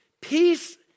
Peace